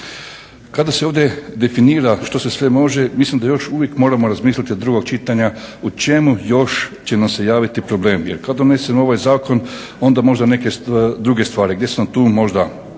Kada se ovdje definira što se sve može, mislim da još uvijek moramo razmisliti do drugog čitanja u čemu još će nam se javiti problemi. Jer kada …/Govornik se ne razumije./… ovaj zakon onda možda neke druge stvari, gdje su nam tu možda,